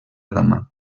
dama